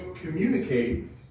communicates